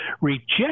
Reject